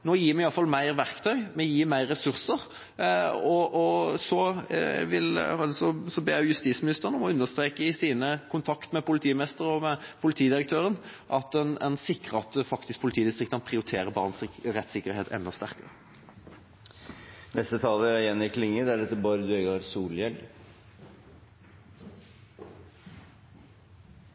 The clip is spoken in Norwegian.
Nå gir vi i alle fall mer verktøy, vi gir mer ressurser, og så ber vi justisministeren i sin kontakt med politimestre og med politidirektøren om å sikre at politidistriktene faktisk prioriterer barns rettssikkerhet enda sterkere. Først vil eg takke forslagsstillarane frå Arbeidarpartiet for at forslaget er